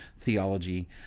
theology